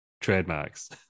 trademarks